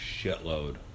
shitload